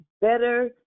better